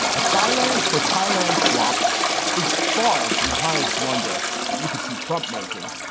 a thailand for thailand swamp is far from the highest blunder that you can see trump making